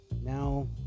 now